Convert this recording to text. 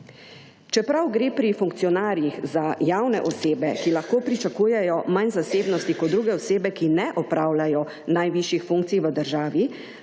Čeprav gre pri funkcionarjih za javne osebe, ki lahko pričakujejo manj zasebnosti kot druge osebe, ki ne opravljajo najvišjih funkcij v državi,